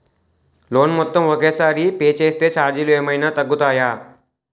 Loan మొత్తం ఒకే సారి పే చేస్తే ఛార్జీలు ఏమైనా తగ్గుతాయా?